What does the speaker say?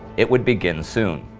it would begin soon.